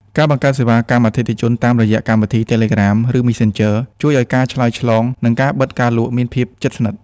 ការបង្កើតសេវាកម្មអតិថិជនតាមរយៈកម្មវិធីតេឡេក្រាម ឬមេសសិនជើ ជួយឱ្យការឆ្លើយឆ្លង និងការបិទការលក់មានភាពជិតស្និទ្ធ។